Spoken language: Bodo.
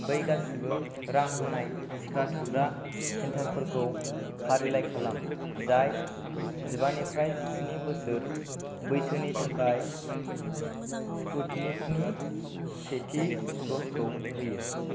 बै गासिबो रां होनाय टिका थुग्रा सेन्टारफोरखौ फारिलाइ खालाम जाय जिबा निफ्राय जिसिनि बोसोर बैसोनि थाखाय स्पुटनिकनि सेथि द'जखौ होयो